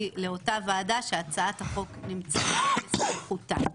לאותה ועדה שהצעת החוק נמצאת בסמכותה.